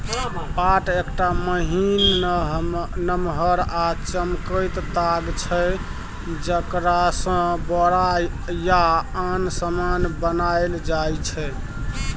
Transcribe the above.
पाट एकटा महीन, नमहर आ चमकैत ताग छै जकरासँ बोरा या आन समान बनाएल जाइ छै